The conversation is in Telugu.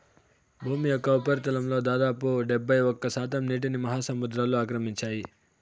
భూమి యొక్క ఉపరితలంలో దాదాపు డెబ్బైఒక్క శాతం నీటిని మహాసముద్రాలు ఆక్రమించాయి